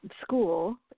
school